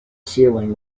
ceiling